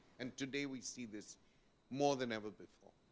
and today we see this more than ever before.